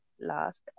last